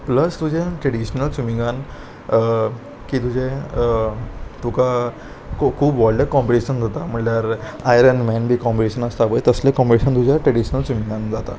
plus तुजें traditional स्विमींगान की तुजें तुका खू खूब व्हडलें कॉम्पिटिशन जाता म्हणल्यार आयरन मॅन बी कोंपिटिशन आसता पळय तसलें कॉम्पिटिशन तुज्या ट्रेडिशनल स्विमींगान जाता